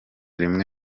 rimwe